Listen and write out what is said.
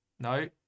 No